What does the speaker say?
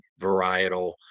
varietal